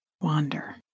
wander